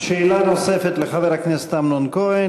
שאלה נוספת לחבר הכנסת אמנון כהן.